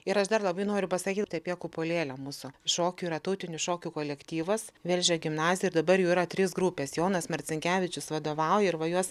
ir aš dar labai noriu pasakyt tai apie kupolėlę mūsų šokių yra tautinių šokių kolektyvas velžio gimnazijoj ir dabar jau yra trys grupės jonas marcinkevičius vadovauja ir va juos